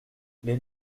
les